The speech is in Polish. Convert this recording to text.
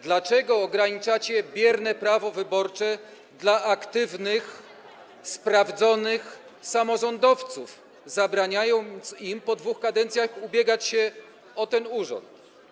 Dlaczego ograniczacie bierne prawo wyborcze dla aktywnych, sprawdzonych samorządowców, zabraniając im po dwóch kadencjach ubiegania się o ten urząd?